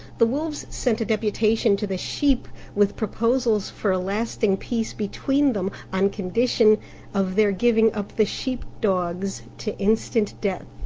the wolves sent a deputation to the sheep with proposals for a lasting peace between them, on condition of their giving up the sheep-dogs to instant death.